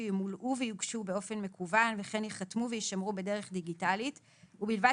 שימולאו ויוגשו באופן מקוון וכן ייחתמו ויישמרו בדרך דיגיטלית ובלבד